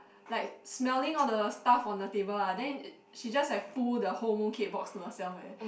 like smelling all the stuff on the table lah then she just like pull the whole mooncake box to herself eh